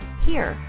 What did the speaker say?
here,